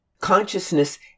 Consciousness